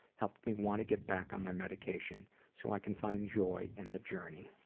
helped me want to get back on my medication. so i can find joy in the journey.